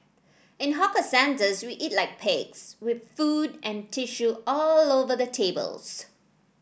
in hawker centres we eat like pigs with food and tissue all over the tables